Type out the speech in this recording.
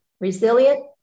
Resilient